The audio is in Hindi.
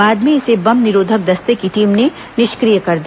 बाद में इसे बम निरोधक दस्ते की टीम ने निष्क्रिय कर दिया